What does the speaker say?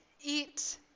eat